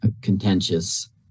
contentious